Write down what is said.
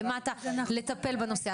למטה ולטפל בנושא,